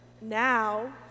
now